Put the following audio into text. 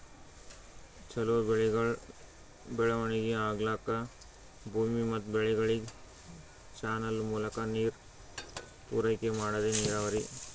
ಛಲೋ ಬೆಳೆಗಳ್ ಬೆಳವಣಿಗಿ ಆಗ್ಲಕ್ಕ ಭೂಮಿ ಮತ್ ಬೆಳೆಗಳಿಗ್ ಚಾನಲ್ ಮೂಲಕಾ ನೀರ್ ಪೂರೈಕೆ ಮಾಡದೇ ನೀರಾವರಿ